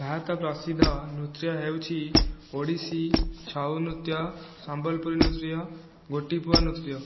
ଭାରତ ପ୍ରସିଦ୍ଧ ନୃତ୍ୟ ହେଉଛି ଓଡ଼ିଶୀ ଛଉ ନୃତ୍ୟ ସମ୍ବଲପୁରୀ ନୃତ୍ୟ ଗୋଟିପୁଅ ନୃତ୍ୟ